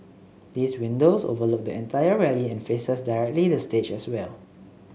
these windows overlook the entire rally and faces directly the stage as well